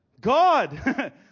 God